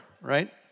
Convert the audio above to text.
right